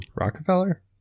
Rockefeller